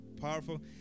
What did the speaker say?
powerful